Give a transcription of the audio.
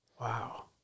Wow